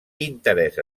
interès